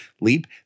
leap